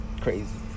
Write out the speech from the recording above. Crazy